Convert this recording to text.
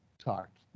Talked